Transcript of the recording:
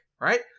right